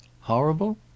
Horrible